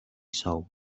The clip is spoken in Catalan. sou